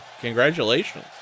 Congratulations